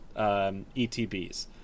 etbs